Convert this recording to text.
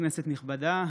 כנסת נכבדה,